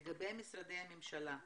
לגבי משרדי הממשלה.